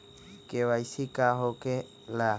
KYC का हो के ला?